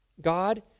God